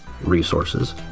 resources